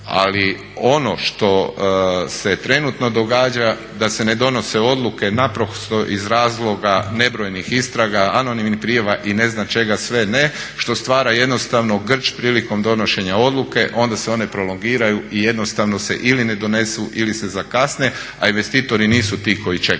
ali ono što se trenutno događa da se ne donose odluke naprosto iz razloga nebrojenih istraga anonimnih prijava i ne znam čega sve ne što stvara grč prilikom donošenja odluke, onda se one prolongiraju i jednostavno se ili ne donesu ili se zakasne, a investitori nisu ti koji čekaju.